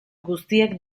guztiek